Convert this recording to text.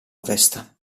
ovest